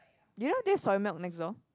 you know there's soymilk next door